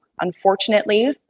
Unfortunately